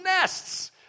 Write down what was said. nests